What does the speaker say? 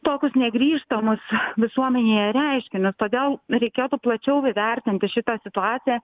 tokius negrįžtamus visuomenėje reiškinius todėl reikėtų plačiau įvertinti šitą situaciją